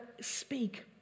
speak